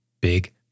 big